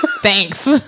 Thanks